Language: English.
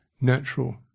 natural